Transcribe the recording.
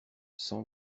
sans